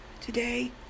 today